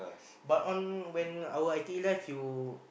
but on when our I_T_E life you